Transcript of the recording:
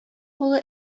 кулы